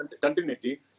continuity